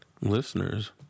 listeners